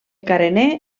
carener